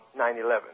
9/11